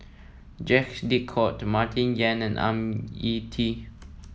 Jacques De Coutre Martin Yan and Ang Ah Tee